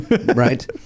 Right